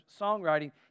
songwriting